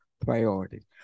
priority